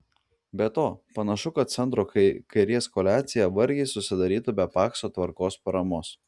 be to panašu kad centro kairės koalicija vargiai susidarytų be pakso tvarkos paramos